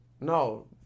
no